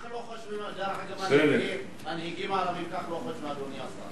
ככה לא חושבים המנהיגים הערבים, אדוני השר.